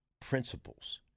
principles